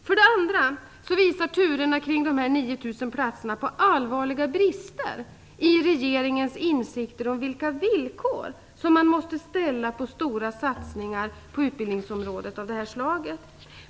För det andra visar turerna med de 9 000 platserna på allvarliga brister i regeringens insikter om vilka villkor som måste ställas på stora satsningar av detta slag inom utbildningsområdet.